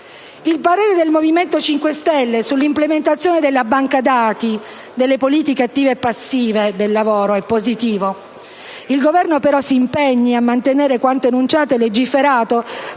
Il parere del Movimento 5 Stelle sull'implementazione della banca dati delle politiche attive e passive del lavoro è positivo. Il Governo però si impegni a mantenere quanto enunciato e legiferato,